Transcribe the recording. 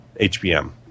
HBM